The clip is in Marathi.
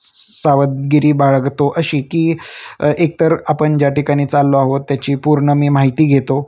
स स सावधगिरी बाळगतो अशी की एकतर आपण ज्या ठिकाणी चाललो आहोत त्याची पूर्ण मी माहिती घेतो